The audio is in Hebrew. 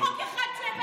אין חוק אחד שהבאתם השבוע,